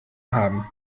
haben